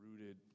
rooted